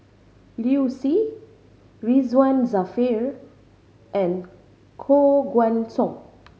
Liu Si Ridzwan Dzafir and Koh Guan Song